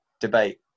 debate